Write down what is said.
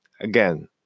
again